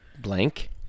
blank